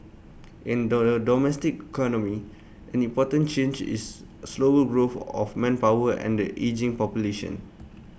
in the domestic economy an important change is slower growth of manpower and the ageing population